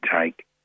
take